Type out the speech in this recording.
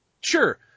Sure